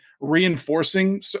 reinforcing